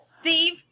Steve